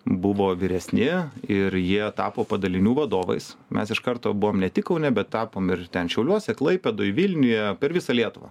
buvo vyresni ir jie tapo padalinių vadovais mes iš karto buvom ne tik kaune bet tapom ir ten šiauliuose klaipėdoj vilniuje per visą lietuvą